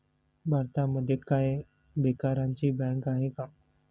भारतामध्ये काय बेकारांची बँक आहे का?